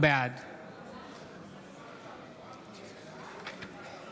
בעד